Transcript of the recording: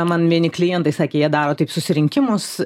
man vieni klientai sakė jie daro taip susirinkimus